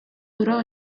duró